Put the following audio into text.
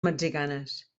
mexicanes